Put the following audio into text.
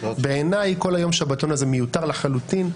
בעיני כל יום השבתון הזה מיותר לחלוטין,